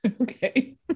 okay